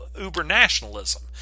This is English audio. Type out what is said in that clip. uber-nationalism